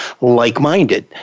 like-minded